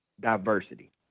diversity